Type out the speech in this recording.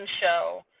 Show